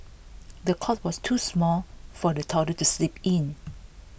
the cot was too small for the toddler to sleep in